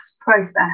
process